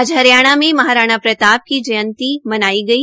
आज हरियाणा में महाराणा प्रताप की जयंती मनाई गई